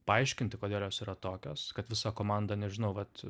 paaiškinti kodėl jos yra tokios kad visa komanda nežinau vat